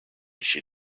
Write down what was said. she